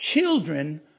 children